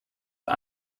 are